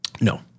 No